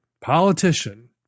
politician